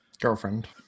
girlfriend